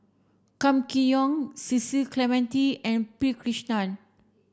Kam Kee Yong Cecil Clementi and P Krishnan